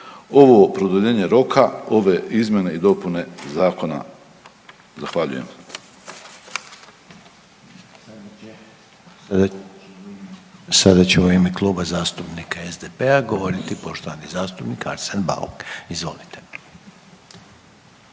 ovo produljenje roka, ove izmjene i dopune zakona. Zahvaljujem.